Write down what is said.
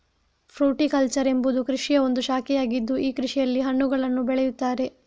fruticulture ಎಂಬುವುದು ಕೃಷಿಯ ಒಂದು ಶಾಖೆಯಾಗಿದ್ದು ಈ ಕೃಷಿಯಲ್ಲಿ ಹಣ್ಣುಗಳನ್ನು ಬೆಳೆಯುತ್ತಾರೆ